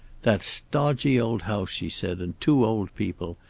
that stodgy old house, she said, and two old people!